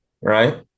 right